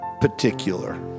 particular